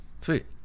sweet